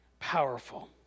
Powerful